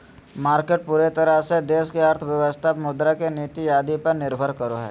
market पूरे तरह से देश की अर्थव्यवस्था मुद्रा के नीति आदि पर निर्भर करो हइ